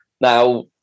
Now